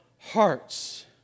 hearts